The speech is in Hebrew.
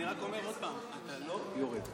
אני רק אומר עוד פעם, אתה לא יורד.